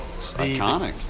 Iconic